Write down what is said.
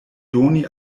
doni